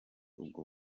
ubwo